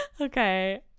okay